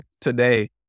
today